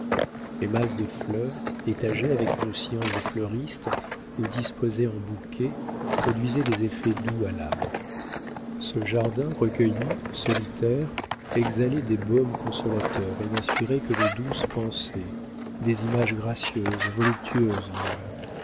les masses de fleurs étagées avec une science de fleuriste ou disposées en bouquets produisaient des effets doux à l'âme ce jardin recueilli solitaire exhalait des baumes consolateurs et n'inspirait que de douces pensées des images gracieuses voluptueuses même